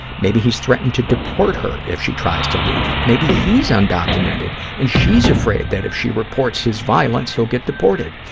maybe he's threatened to deport her if she tries to leave. maybe he's undocumented and she's afraid that if she reports his violence he'll get deported.